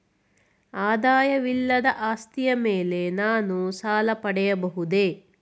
ಆದಾಯವಿಲ್ಲದ ಆಸ್ತಿಯ ಮೇಲೆ ನಾನು ಸಾಲ ಪಡೆಯಬಹುದೇ?